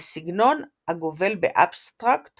בסגנון הגובל באבסטרקט